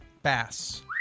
Bass